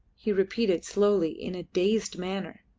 he repeated slowly, in a dazed manner,